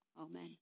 Amen